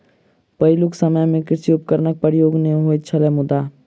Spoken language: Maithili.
पहिलुक समय मे कृषि उपकरणक प्रयोग नै होइत छलै मुदा